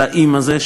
ל"אם" הזה,